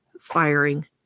firing